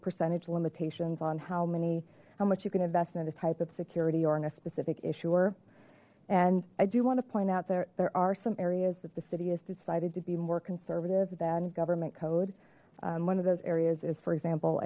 percentage limitations on how many how much you can invest in a type of security or in a specific issuer and i do want to point out there there are some areas that the city is decided to be more conservative than government code one of those areas is for example